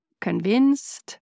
convinced